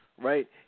right